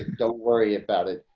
don't worry about it,